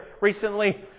recently